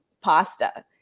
pasta